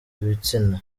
ibitsina